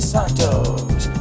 Santos